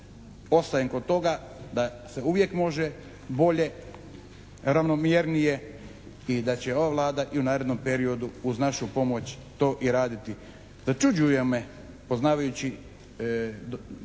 ostajem kod toga da se uvijek može bolje, ravnomjernije i da će ova Vlada i u narednom periodu uz našu pomoć to i raditi. Začuđuje me, poznavajući dobar